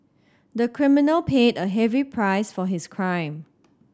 the criminal paid a heavy price for his crime